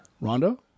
Rondo